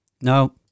No